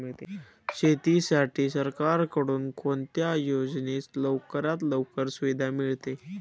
शेतीसाठी सरकारकडून कोणत्या योजनेत लवकरात लवकर सुविधा मिळते?